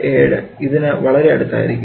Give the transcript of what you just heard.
287 ഇതിന് വളരെ അടുത്തായിരിക്കും